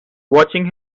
watching